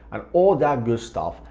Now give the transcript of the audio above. and all that good stuff.